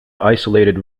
isolated